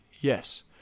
yes